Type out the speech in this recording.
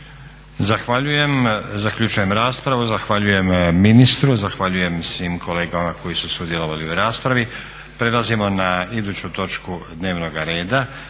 Zahvaljujem. Zaključujem raspravu. Zahvaljujem ministru, zahvaljujem svim kolegama koji su sudjelovali u raspravi. **Zgrebec, Dragica